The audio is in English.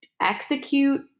execute